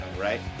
right